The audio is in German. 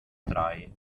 drei